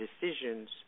decisions